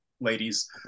ladies